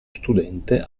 studente